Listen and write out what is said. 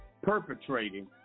perpetrating